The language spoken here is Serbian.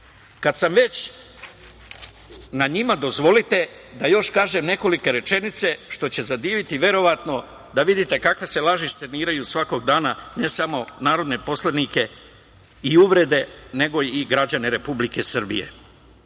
sam već na njima, dozvolite da još kažem nekoliko rečenica, što će zadiviti verovatno, da vidite kakve se laži serviraju svakog dana, ne samo narodne poslanike i uvrede, nego i građane Republike Srbije. Dragan